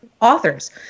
authors